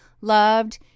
loved